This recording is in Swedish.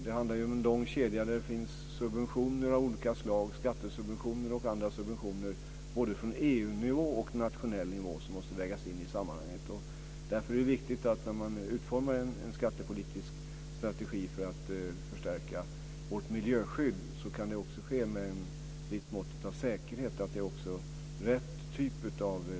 Det handlar om en lång kedja med inslag av skattesubventioner och andra subventioner både på EU-nivå och på nationell nivå, vilka måste vägas in i sammanhanget. När man utformar en skattepolitisk strategi för att förstärka vårt miljöskydd är det viktigt att den har ett visst mått av säkerhet och att rätt typ av drivkällor används.